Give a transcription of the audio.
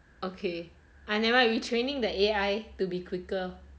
okay err never mind we training the A_I to be quicker